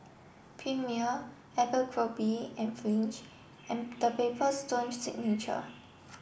Premier Abercrombie and Fitch and The Paper Stone Signature